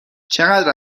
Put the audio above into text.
چقدر